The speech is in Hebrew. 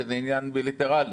שזה עניין בילטרלי,